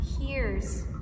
Hears